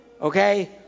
okay